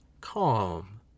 calm